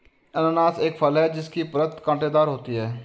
अनन्नास एक फल है जिसकी परत कांटेदार होती है